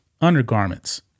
undergarments